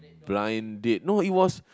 blind date no it was